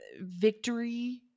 victory